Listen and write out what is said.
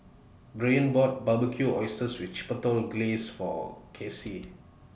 Byron bought Barbecued Oysters with Chipotle Glaze For Kelsie